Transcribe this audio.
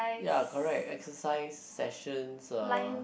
ya correct exercise sessions uh